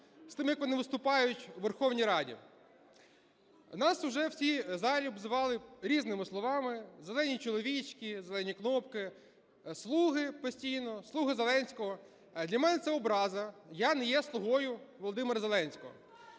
з тим як вони виступають у Верховній Раді. Нас уже всі в залі обзивали різними словами: "зелені чоловічки", "зелені кнопки", "слуги" (постійно), "слуги Зеленського". Для мене це образа, я не є слугою Володимира Зеленського.